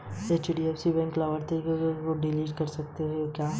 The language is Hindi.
एच.डी.एफ.सी की लाभार्थियों तुम एप से भी डिलीट कर सकते हो